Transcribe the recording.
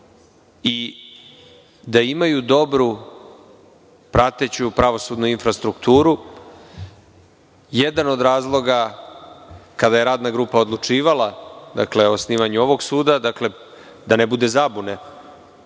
i da imaju dobru prateću pravosudnu infrastrukturu, jedan od razloga kada je radna grupa odlučivala o osnivanju ovog suda, da ne bude zabune,